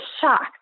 shocked